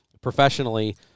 professionally